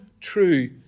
true